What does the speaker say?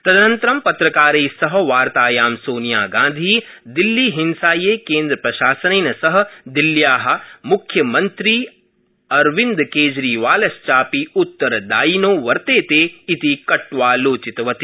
तदनन्तरं पत्रकारै सह वार्तायां सोनियागांधी दिल्लीहिंसायै केन्द्रप्रशासनेन सह दिल्ल्या मुख्यमन्त्री अरविन्दकेजरीवाल चापि उत्तरदायिनौ कट्वालोचिवती